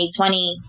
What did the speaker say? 2020